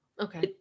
Okay